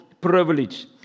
privilege